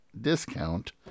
discount